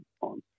on